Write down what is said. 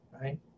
right